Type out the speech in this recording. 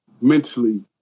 mentally